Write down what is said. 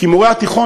כי מורי התיכון,